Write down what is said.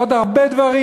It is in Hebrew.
עוד הרבה דברים.